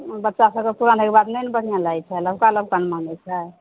बच्चा सबके पुरान होइके बाद नहि ने बढ़िआँ लागैत छै लबका लबका नहि माँगैत छै